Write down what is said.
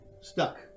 Stuck